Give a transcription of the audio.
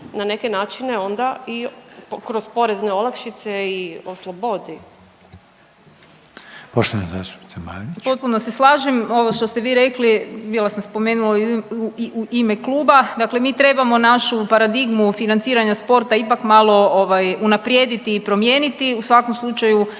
na neki način onda i kroz porezne olakšice i oslobodi. **Reiner, Željko (HDZ)** Poštovana zastupnica Marić. **Marić, Andreja (SDP)** Potpuno se slažem. Ovo što ste vi rekli bila sam spomenula i u ime kluba, dakle mi trebamo našu paradigmu financiranja sporta ipak malo unaprijediti i promijeniti. U svakom slučaju